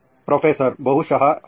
professor ಬಹುಶಃ ಹೌದು